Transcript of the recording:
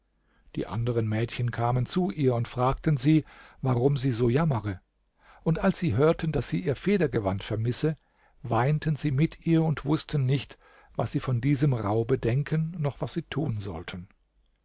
die anderen mädchen kamen zu ihr und fragten sie warum sie so jammere und als sie hörten daß sie ihr federgewand vermisse weinten sie mit ihr und wußten nicht was sie von diesem raube denken noch was sie tun sollten